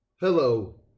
Hello